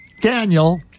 Daniel